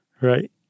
Right